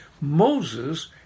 Moses